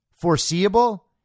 foreseeable